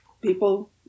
people